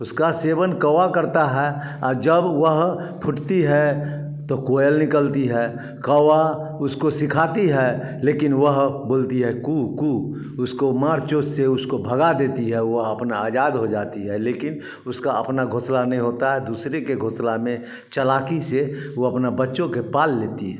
उसका सेवन कौआ करता है और जब वह फूटती है तो कोयल निकलती है कौआ उसको सिखाती है लेकिन वह बोलती है कु कु उसको मार चोंच से उसको भगा देती है वह अपना आज़ाद हो जाती है लेकिन उसका अपना घोंसला नहीं होता दूसरे के घोंसला में चालाकी से वह अपने बच्चों को पाल लेती है